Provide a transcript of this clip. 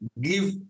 give